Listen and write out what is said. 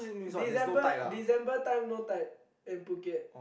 December December time no tide in Phuket